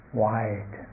wide